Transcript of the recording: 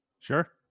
Sure